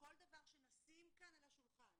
כל דבר שנשים כאן על השולחן